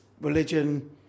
religion